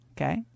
Okay